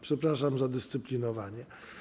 Przepraszam za dyscyplinowanie.